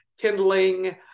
kindling